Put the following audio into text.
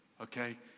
okay